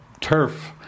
turf